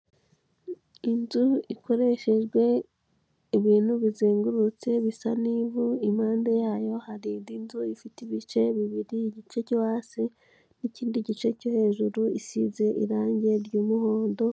lnzu ikoreshejwe ibintu bizengurutse bisa n'ivu impande yayo hari indi nzu ifite ibice bibiri, igice cyo hasi n'ikindi gice cyo hejuru isize irangi ry'umuhondo.